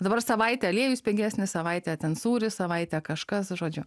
dabar savaitę aliejus pigesnis savaitę ten sūris savaitę kažkas žodžiu